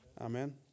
Amen